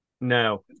No